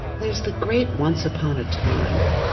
there's the great once upon a time,